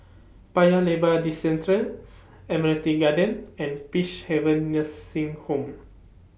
Paya Lebar Districentre Admiralty Garden and Peacehaven Nursing Home